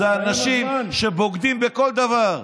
אלו אנשים שבוגדים בכל דבר,